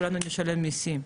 כולנו נשלם מסים.